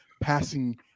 passing